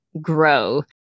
grow